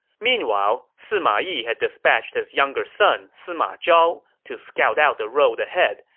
meanwhile, sima yi had dispatched his younger son sima zhao to scout out the road ahead,